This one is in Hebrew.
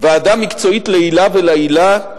ועדה מקצועית לעילא ולעילא,